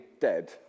dead